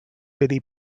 billy